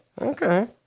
Okay